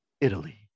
Italy